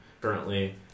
currently